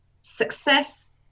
Success